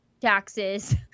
taxes